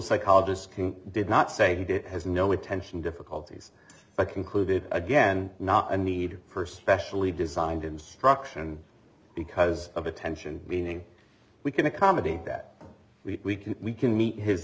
psychologist did not say that it has no attention difficulties but concluded again not a need for specially designed instruction because of attention meaning we can accommodate that we can meet his